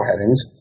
headings